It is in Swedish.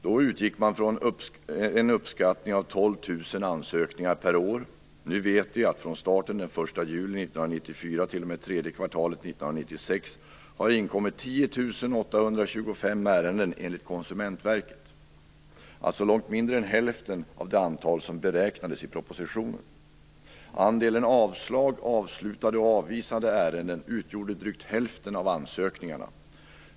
Då utgick man från en uppskattning av 12 000 ansökningar per år. Nu vet vi att det från starten den 1 juli 1994 t.o.m. tredje kvartalet 1996 har inkommit 10 825 ärenden, enligt Konsumentverket. Det är alltså långt mindre än hälften av det antal som beräknades i propositionen. Andelen avslag, avslutade och avvisade ärenden utgjorde drygt hälften av ansökningarna.